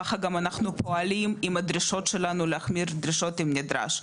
ככה גם אנחנו פועלים עם הדרישות שלנו להחמיר דרישות אם נדרש.